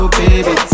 baby